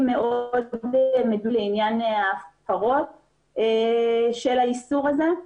--- לעניין ההפרות של האיסור הזה.